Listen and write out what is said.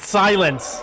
silence